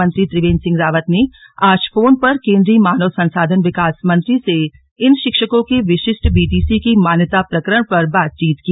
मुख्यमंत्री त्रिवेंद्र सिंह रावत ने आज फोन पर केंद्रीय मानव संसाधन विकास मंत्री से इन शिक्षकों के विशिष्ट बीटीसी की मान्यता प्रकरण पर बातचीत की